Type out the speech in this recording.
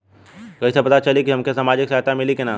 कइसे से पता चली की हमके सामाजिक सहायता मिली की ना?